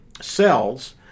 cells